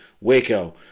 Waco